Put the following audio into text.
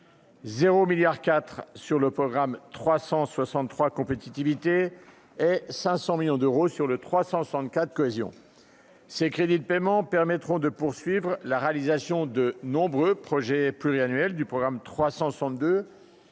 0 milliards 4 sur le programme 363 compétitivité et 500 millions d'euros sur le 364 cohésion ces crédits de paiement permettront de poursuivre la réalisation de nombreux projets pluriannuels du programme 362